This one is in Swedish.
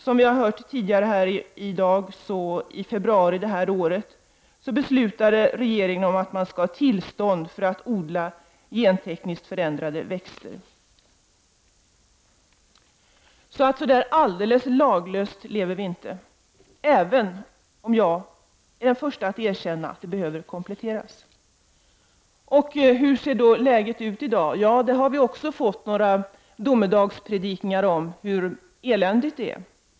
Som vi har hört här tidigare i dag, beslutade regeringen i februari i år att det behövs tillstånd för att odla gentekniskt förändrade växter. Vi lever alltså inte helt laglöst, även om jag är den första att erkänna att lagstiftningen behöver kompletteras. Hur är då läget i dag? Ja, vi har fått några domedagspredikningar om hur eländigt det är.